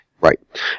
Right